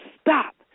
stop